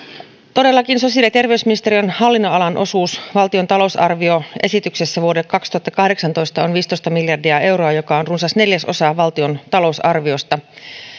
todellakin sosiaali ja terveysministeriön hallinnonalan osuus valtion talousarvioesityksessä vuodelle kaksituhattakahdeksantoista on viisitoista miljardia euroa joka on runsas neljäsosa valtion talousarviosta